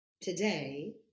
today